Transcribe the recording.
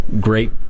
great